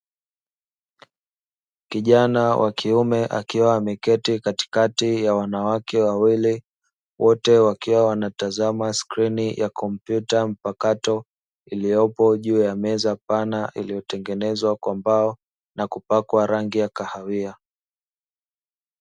Kijana wa kiume akiwa ameketi katikati ya wanawake wawili, wote wakiwa wanatazama skrini ya kompyuta mpakato iliyopo juu ya meza pana iliyotengenezwa kwa mbao na kupakwa rangi ya kahawia.